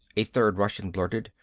a third russian blurted.